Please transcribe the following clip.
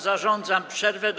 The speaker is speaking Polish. Zarządzam przerwę do